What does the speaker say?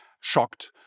shocked